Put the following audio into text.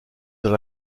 dans